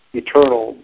eternal